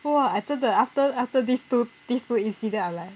!wah! I 真的 after after these two these two incident then I'm like